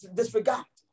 disregard